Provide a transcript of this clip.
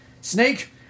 Snake